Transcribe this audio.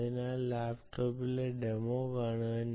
അതിനാൽ ലാപ്ടോപ്പിലെ ഡെമോ കാണാം